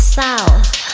south